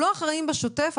בשוטף,